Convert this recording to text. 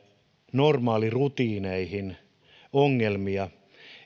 normaalirutiineihin ongelmia